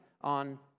on